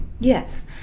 Yes